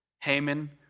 Haman